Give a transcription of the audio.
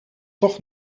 toch